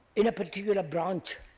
in a particular branch